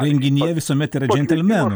renginyje visuomet yra džentelmenų